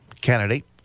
candidate